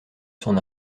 son